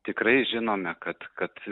tikrai žinome kad kad